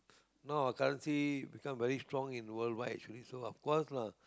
now out currency very strong in worldwide so of course lah